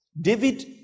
David